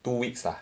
two weeks ah